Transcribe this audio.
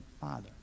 Father